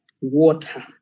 water